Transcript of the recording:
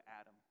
Adam